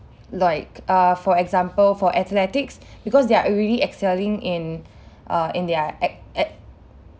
like uh for example for athletics because they are already excelling in uh in their ath~ ath~